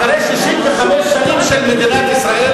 אחרי 65 שנים של מדינת ישראל,